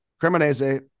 Cremonese